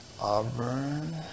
Auburn